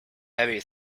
heavy